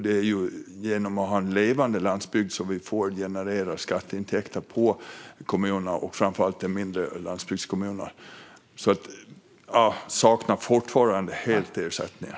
Det är genom att ha en levande landsbygd som vi genererar skatteintäkter på kommunerna och framför allt de mindre landsbygdskommunerna. Jag saknar fortfarande helt ersättningar.